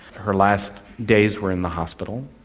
her last days were in the hospital,